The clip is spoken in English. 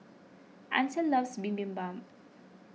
Ancel loves Bibimbap